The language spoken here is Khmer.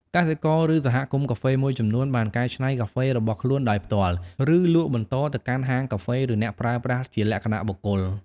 កសិករ ឬសហគមន៍កាហ្វេមួយចំនួនបានកែច្នៃកាហ្វេរបស់ខ្លួនដោយផ្ទាល់ រួចលក់បន្តទៅកាន់ហាងកាហ្វេ ឬអ្នកប្រើប្រាស់ជាលក្ខណៈបុគ្គល។